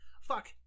Fuck